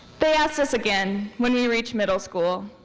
they asked us again when we reached middle school,